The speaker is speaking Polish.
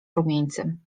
rumieńcem